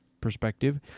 perspective